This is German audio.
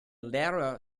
lehrer